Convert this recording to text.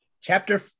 Chapter